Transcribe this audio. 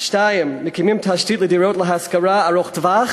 2. מקימים תשתית לדירות להשכרה ארוכת-טווח